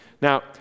Now